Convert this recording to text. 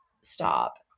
stop